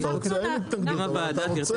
אבל אתה רוצה, אין התנגדות, אבל אתה רוצה